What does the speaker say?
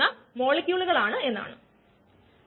വീണ്ടും രഹസ്യങ്ങൾ